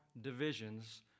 divisions